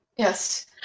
Yes